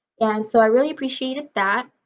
and so i really appreciated that.